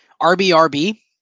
RBRB